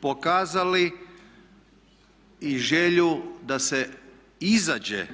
pokazali i želju da se izađe